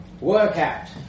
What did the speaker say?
Workout